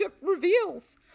reveals